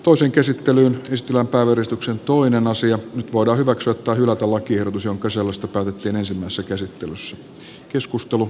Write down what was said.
osan käsittelyn ystävä kaveristuksen toinen nyt voidaan hyväksyä tai hylätä lakiehdotus jonka sisällöstä päätettiin ensimmäisessä käsittelyssä